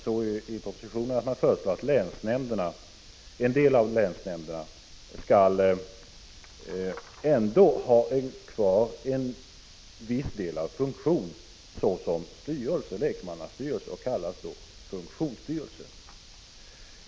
I propositionen föreslås att en del av länsnämnderna ändå skall ha kvar en viss del av funktionen såsom lekmannastyrelse och kallas för funktionsstyrelse.